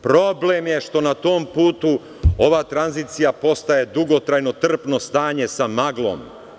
Problem je što na tom putu ova tranzicija postaje dugotrajno trpno stanje sa maglom.